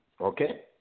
okay